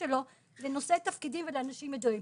שלו לנושאי תפקידים ולאנשים ידועים.